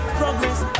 progress